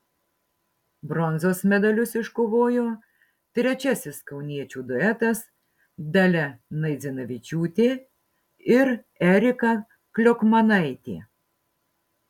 bronzos medalius iškovojo trečiasis kauniečių duetas dalia naidzinavičiūtė ir erika kliokmanaitė